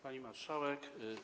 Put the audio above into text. Pani Marszałek!